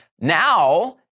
Now